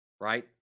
right